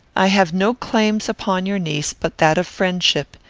i have no claims upon your niece but that of friendship,